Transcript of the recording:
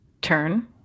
turn